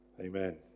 Amen